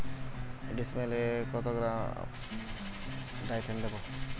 ডিস্মেলে কত gram Dithane দেবো?